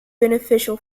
beneficial